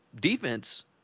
defense